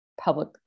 public